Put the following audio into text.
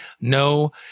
no